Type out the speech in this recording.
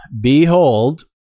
behold